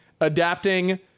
adapting